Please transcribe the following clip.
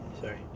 sorry